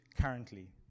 currently